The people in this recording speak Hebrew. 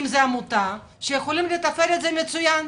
עמותות, שיכולות לתפעל את זה מצוין.